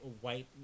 white